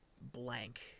Blank